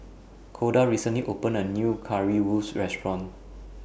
Koda recently opened A New Currywurst Restaurant